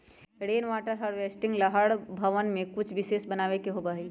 rain water harvesting ला हर भवन में कुछ विशेष बनावे के होबा हई